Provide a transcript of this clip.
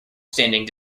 standing